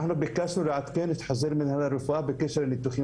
אנחנו ביקשנו לעדכן את חוזר מנהל הרפואה בקשר לניתוחים